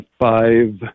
five